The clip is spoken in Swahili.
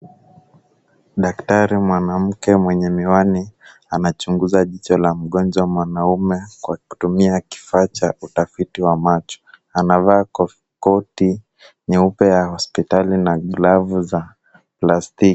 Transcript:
Daktari mwanamke mwenye miwani anachunguza jicho la mgonjwa mwanamume kwa kutumia kifaa cha utafiti wa macho . Anavaa koti nyeupe ya hospitali na glavu za plastiki.